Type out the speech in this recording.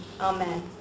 Amen